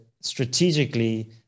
strategically